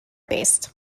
based